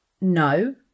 no